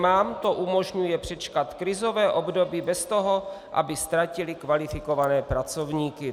Firmám to umožňuje přečkat krizové období bez toho, aby ztratily kvalifikované pracovníky.